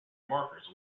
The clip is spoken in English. markers